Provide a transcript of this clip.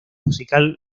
musical